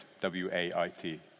W-A-I-T